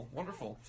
wonderful